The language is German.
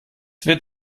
wird